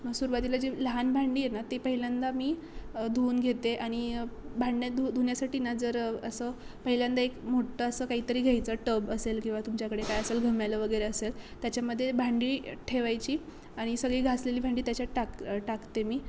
मग सुरवातीला जे लहान भांडी आहेत ना ते पहिल्यांदा मी धुवून घेते आणि भांड्यात धु धुण्यासाठी ना जर असं पहिल्यांदा एक मोठ्ठ असं काहीतरी घ्यायचं टब असेल किंवा तुमच्याकडे काय असेल घमेलं वगैरे असेल त्याच्यामध्ये भांडी ठेवायची आणि सगळी घासलेली भांडी त्याच्यात टाक टाकते मी